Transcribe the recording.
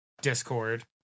Discord